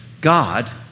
God